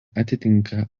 atitinka